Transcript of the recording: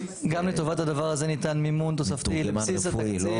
גם לטובת הדבר הזה ניתן מימון תוספתי לבסיס התקציב.